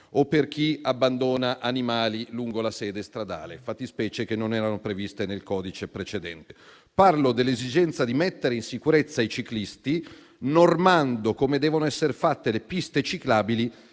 o per chi abbandona animali lungo la sede stradale: fattispecie che non erano previste nel codice precedente. Parlo dell'esigenza di mettere in sicurezza i ciclisti, normando come devono essere fatte le piste ciclabili,